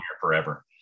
forever